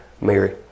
Mary